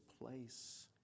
place